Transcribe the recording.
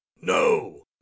No